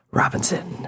robinson